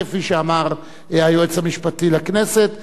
כפי שאמר היועץ המשפטי לכנסת,